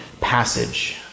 passage